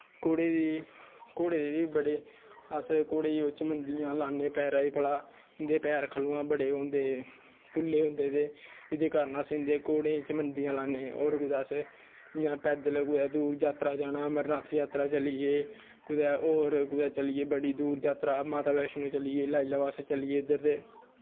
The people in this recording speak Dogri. घोड़े दे बी बड़े अस घोड़े गी चमुंदियां लान्नें पैरे गी भला इं'दे पैर ख'ल्ला दा बड़े ओह् होंदे पुल्ले होंदे ते एह्दे कारण अस गोड़े गी चमुंदियां लान्नें और इ'यां कुदै पैदल कुदै जात्तरा जाना अमरनाथ जात्तरा चली गे कुदै होर चली गे कुदै होर बड़ी जादा दूर जात्तरा माता वैश्णो चली गे लाई लैओ अस चली गे उद्धर ते